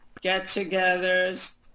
get-togethers